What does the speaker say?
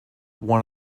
one